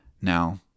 Now